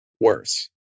worse